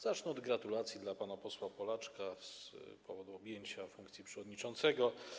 Zacznę od gratulacji dla pana posła Polaczka z powodu objęcia funkcji przewodniczącego.